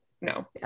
no